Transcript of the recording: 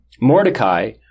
Mordecai